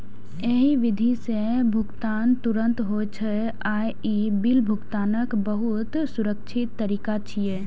एहि विधि सं भुगतान तुरंत होइ छै आ ई बिल भुगतानक बहुत सुरक्षित तरीका छियै